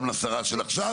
גם לשרה של עכשיו.